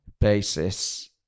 basis